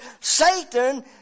Satan